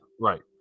Right